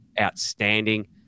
outstanding